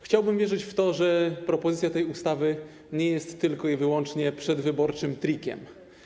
Chciałbym wierzyć w to, że propozycja tej ustawy nie jest tylko i wyłącznie przedwyborczym trikiem.